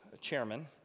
chairman